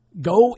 Go